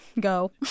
Go